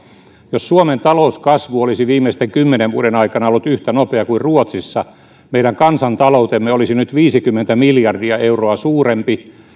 jos suomen talouskasvu olisi viimeisten kymmenen vuoden aikana ollut yhtä nopea kuin ruotsissa meidän kansantaloutemme olisi nyt viisikymmentä miljardia euroa suurempi